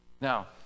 Now